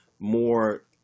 more